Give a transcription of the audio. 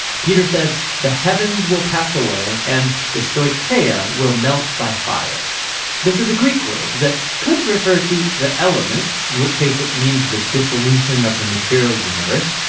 peter says the heavens will pass away and the stoicheia will melt by fire this is a greek word that could refer to the elements. in this case, it means the dissolution of the material universe.